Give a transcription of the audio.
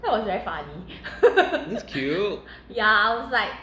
that's cute